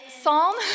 Psalm